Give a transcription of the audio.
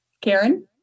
Karen